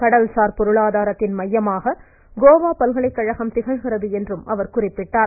கடல்சார் பொருளாதாரத்தின் மையமாக கோவா பல்கலைக்கழகம் திகழ்கிறது என்றும் அவர் குறிப்பிட்டார்